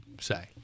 say